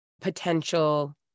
potential